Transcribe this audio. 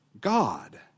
God